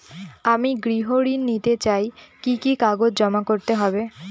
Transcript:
আমি গৃহ ঋণ নিতে চাই কি কি কাগজ জমা করতে হবে?